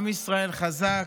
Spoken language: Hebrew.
עם ישראל חזק,